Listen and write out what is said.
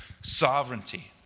sovereignty